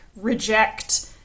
reject